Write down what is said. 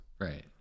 Right